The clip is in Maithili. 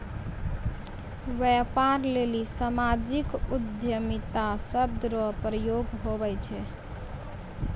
व्यापार लेली सामाजिक उद्यमिता शब्द रो प्रयोग हुवै छै